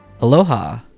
Aloha